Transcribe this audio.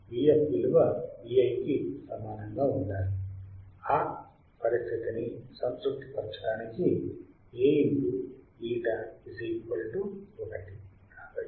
Vf విలువ Vi కి సమానంగా ఉండాలి ఆ పరిస్థితిని శాటిస్ఫై చేయటానికి A β 1